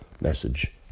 message